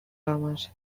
homes